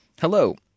Hello